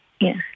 Yes